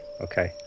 Okay